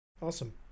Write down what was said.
awesome